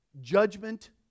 judgment